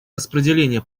распределения